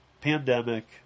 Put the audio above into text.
Pandemic